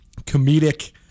comedic